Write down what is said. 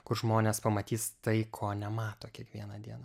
kur žmonės pamatys tai ko nemato kiekvieną dieną